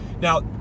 Now